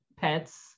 pets